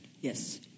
Yes